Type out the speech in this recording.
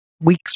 Weeks